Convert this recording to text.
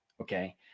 Okay